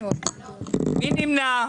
מי נמנע?